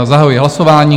Zahajuji hlasování.